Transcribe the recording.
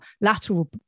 lateral